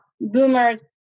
boomers